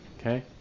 Okay